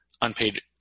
unpaid